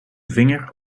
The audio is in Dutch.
vinger